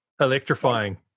electrifying